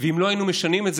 ואם לא היינו משנים את זה,